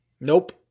Nope